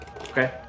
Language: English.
Okay